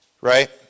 right